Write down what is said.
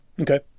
Okay